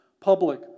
public